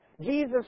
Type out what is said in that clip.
Jesus